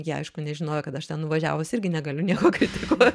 jie aišku nežinojo kad aš ten nuvažiavus irgi negaliu nieko kritikuot